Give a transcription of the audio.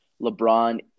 LeBron